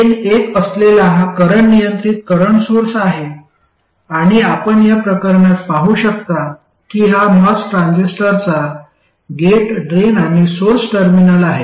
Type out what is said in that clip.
gain एक असलेला हा करंट नियंत्रित करंट सोर्स आहे आणि आपण या प्रकरणात पाहू शकता की हा मॉस ट्रान्झिस्टरचा गेट ड्रेन आणि सोर्स टर्मिनल आहे